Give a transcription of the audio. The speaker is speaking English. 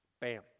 Bam